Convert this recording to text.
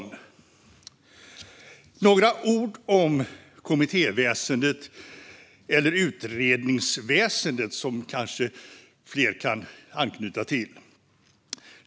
Jag ska säga några ord om kommittéväsendet, eller utredningsväsendet som fler kanske kan anknyta till.